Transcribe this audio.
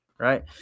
Right